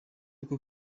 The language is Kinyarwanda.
ngo